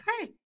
okay